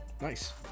nice